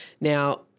Now